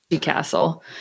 castle